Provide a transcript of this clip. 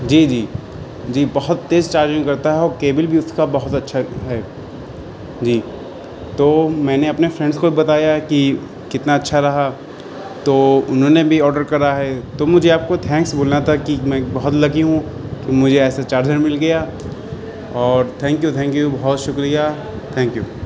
جی جی جی بہت تیز چارجنگ کرتا ہے اور کیبل بھی اس کا بہت اچھا ہے جی تو میں نے اپنے فرینڈس کو بھی بتایا ہے کہ کتنا اچھا رہا تو انہوں نے بھی آڈر کرا ہے تو مجھے آپ کو تھینکس بولنا تھا کہ میں بہت لکی ہوں کہ مجھے ایسا چارجر مل گیا اور تھینک یو تھینک یو بہت شکریہ تھینک یو